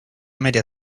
media